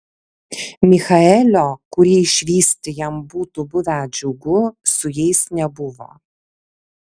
michaelio kurį išvysti jam būtų buvę džiugu su jais nebuvo